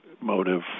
motive